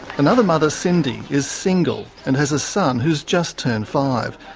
another mother, cindy, is single and has a son who's just turned five.